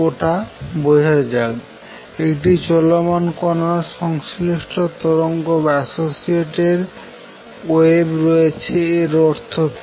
ওটা বোঝা যাক একটি চলমান কণার সংশ্লিষ্ট তরঙ্গ রয়েছে এর অর্থ কি